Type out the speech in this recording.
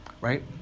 right